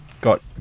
got